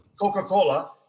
Coca-Cola